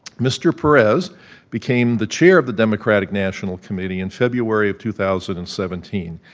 mr. perez became the chair of the democratic national committee in february of two thousand and seventeen.